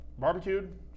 Barbecued